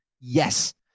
Yes